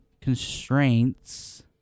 constraints